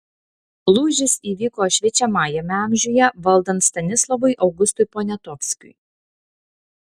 lūžis įvyko šviečiamajame amžiuje valdant stanislovui augustui poniatovskiui